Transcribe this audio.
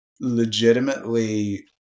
legitimately